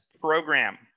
program